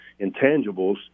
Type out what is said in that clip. intangibles –